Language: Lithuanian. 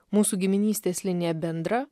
mūsų giminystės linija bendra